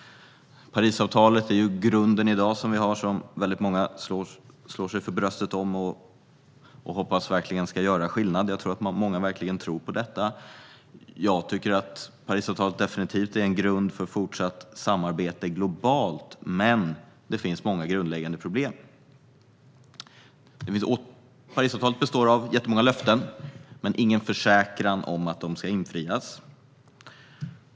Parisavtalet är i dag den grund som vi har. Väldigt många slår sig för bröstet och hoppas verkligen att detta avtal ska göra skillnad. Jag tror att många verkligen tror på detta. För min del tycker jag att Parisavtalet definitivt är en grund för fortsatt globalt samarbete, men det finns många grundläggande problem. Parisavtalet består av jättemånga löften, men ingen försäkran om att de ska infrias.